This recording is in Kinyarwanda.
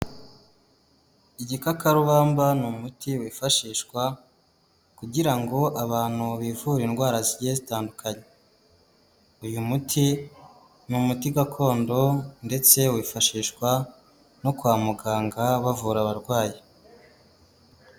Igikakarubamba ni umuti wifashishwa kugira ngo abantu bivure indwara zigiye zitandukanye. Uyu muti ni umuti gakondo ndetse wifashishwa no kwa muganga bavura abarwayi.